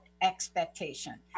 expectation